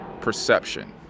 perception